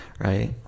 right